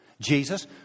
Jesus